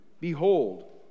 Behold